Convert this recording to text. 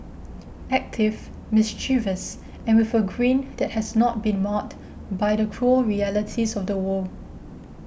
active mischievous and with a grin that has not been marred by the cruel realities of the world